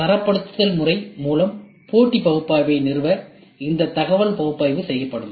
ஒரு தரப்படுத்தல் முறை மூலம் போட்டி பகுப்பாய்வை நிறுவ இந்த தகவல் பகுப்பாய்வு செய்யப்படும்